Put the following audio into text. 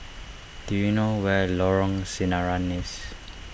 do you know where Lorong Sinaran